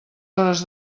hores